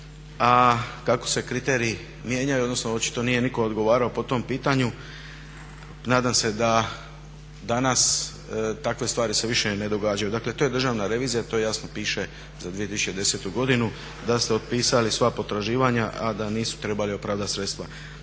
a kako se kriteriji mijenjaju, odnosno očito nije nitko odgovarao po tom pitanju nadam se da danas takve stvari se više ne događaju. Dakle to je državni revizija to jasno piše za 2010. godinu da ste otpisali sva potraživanja a da nisu trebali opravdati sredstva.